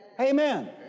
amen